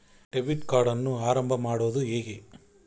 Debit ಕಾರ್ಡನ್ನು ಆರಂಭ ಮಾಡೋದು ಹೇಗೆ?